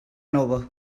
nova